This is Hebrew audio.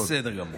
בסדר גמור.